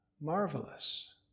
marvelous